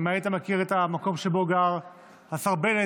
אם היית מכיר את המקום שבו גר השר בנט,